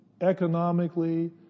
economically